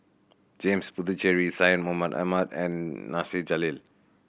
James Puthucheary Syed Mohamed Ahmed and Nasir Jalil